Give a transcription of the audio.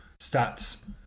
stats